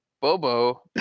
Bobo